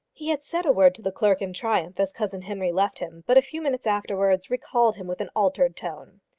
he had said a word to the clerk in triumph as cousin henry left him, but a few minutes afterwards recalled him with an altered tone.